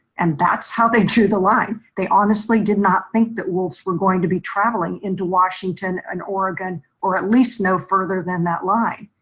and that's how they drew the line. they honestly did not think that wolves were going to be traveling into washington and oregon or at least no further than that line.